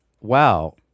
Wow